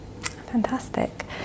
Fantastic